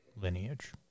lineage